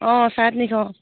অঁ চাৰে তিনিশ